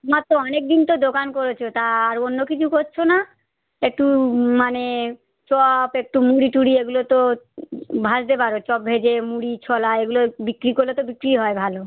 তোমার তো অনেক দিন তো দোকান করেছো তা আর অন্য কিছু করছো না একটু মানে চপ একটু মুড়ি টুড়ি এগুলো তো ভাজতে পারো চপ ভেজে মুড়ি ছোলা এগুলো বিক্রি করলে তো বিক্রি হয় ভালো